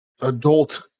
adult